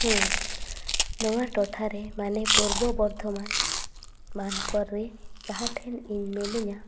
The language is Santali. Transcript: ᱱᱚᱣᱟ ᱴᱚᱴᱷᱟ ᱨᱮ ᱢᱟᱱᱮ ᱯᱩᱨᱵᱚ ᱵᱚᱨᱫᱷᱚᱢᱟᱱ ᱢᱟᱱᱠᱚᱨ ᱨᱮ ᱡᱟᱦᱟᱸ ᱴᱷᱮᱱ ᱤᱧ ᱢᱤᱱᱟᱹᱧᱟ